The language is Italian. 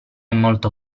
molto